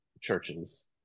churches